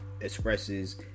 expresses